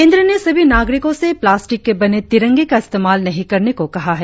केंद्र ने सभी नागरिकों से प्लास्टिक के बने तिरंगे का इस्तेमाल नहीं करने को कहा है